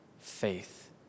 Faith